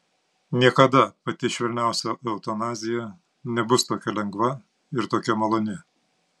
niekada pati švelniausia eutanazija nebus tokia lengva ir tokia maloni